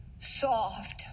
soft